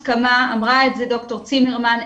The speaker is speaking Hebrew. אמרה את זה ד"ר צימרמן,